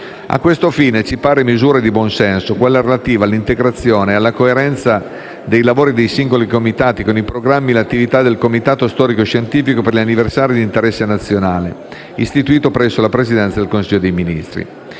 A questo fine, ci pare misura di buon senso quella relativa all'integrazione e alla coerenza dei lavori dei singoli comitati con i programmi e le attività del comitato storico-scientifico per gli anniversari di interesse nazionale, istituito presso la Presidenza del Consiglio dei ministri.